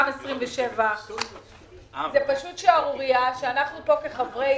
גם 27%. זו פשוט שערורייה שאנחנו פה כחברי